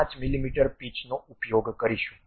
5 મીમી પિચનો ઉપયોગ કરીશું